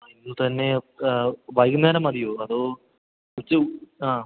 ഇന്ന് തന്നെ വൈകുന്നേരം മതിയോ അതോ ഉച്ച ആ